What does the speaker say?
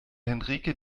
henrike